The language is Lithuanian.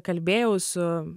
kalbėjau su